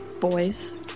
Boys